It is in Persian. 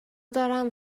دارم